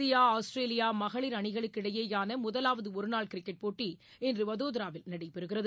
India Australia மகளிர் அணிகளுக்கிடையேயான முதலாவது ஒரு நாள் கிரிக்கெட் போட்டி இன்று வதோதராவில் நடைபெறுகிறது